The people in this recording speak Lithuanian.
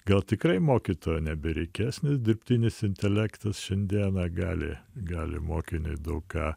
gal tikrai mokytojo nebereikės nes dirbtinis intelektas šiandieną gali gali mokiniui daug ką